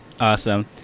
Awesome